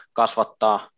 kasvattaa